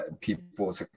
people